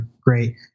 great